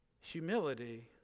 humility